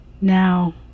now